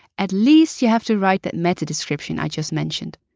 at least, you have to write that meta description i just mentioned.